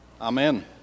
amen